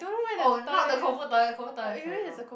oh not the Koufu toilet Koufu toilet is terrible